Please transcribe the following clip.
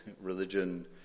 religion